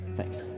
Thanks